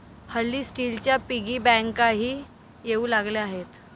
हल्ली स्टीलच्या पिगी बँकाही येऊ लागल्या आहेत